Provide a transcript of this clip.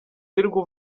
wirirwa